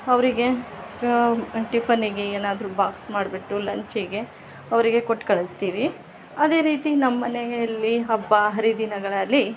ಅವರಿಗೆ ಟಿಫನ್ನಿಗೆ ಏನಾದರೂ ಬಾಕ್ಸ್ ಮಾಡಿಬಿಟ್ಟು ಲಂಚಿಗೆ ಅವರಿಗೆ ಕೊಟ್ಟು ಕಳಿಸ್ತೀವಿ ಅದೇ ರೀತಿ ನಮ್ಮ ಮನೆಯಲ್ಲಿ ಹಬ್ಬ ಹರಿ ದಿನಗಳಲ್ಲಿ